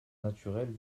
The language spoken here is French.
naturelles